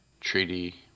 treaty